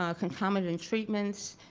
ah concomitant and treatments,